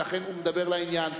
ולכן הוא מדבר לעניין.